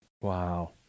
Wow